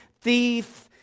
thief